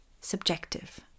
subjective